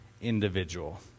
individual